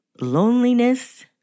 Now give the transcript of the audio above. loneliness